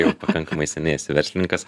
jau pakankamai seniai esi verslininkas